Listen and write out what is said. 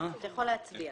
אתה יכול להצביע